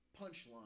punchline